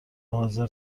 حاضر